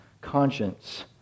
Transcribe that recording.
conscience